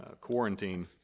quarantine